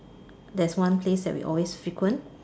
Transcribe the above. there's one place that we always frequent